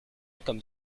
comme